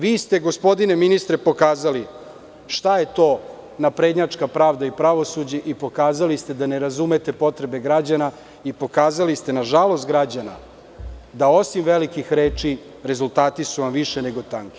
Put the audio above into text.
Vi ste gospodine ministre pokazali šta je to naprednjačka pravda i pravosuđe i pokazali ste da ne razumete potrebe građana i pokazali ste nažalost građana da osim velikih reči rezultati su vam više nego tanki.